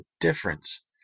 difference